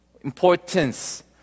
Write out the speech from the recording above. importance